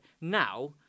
Now